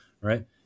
right